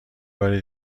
بار